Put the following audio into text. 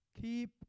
keep